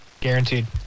Guaranteed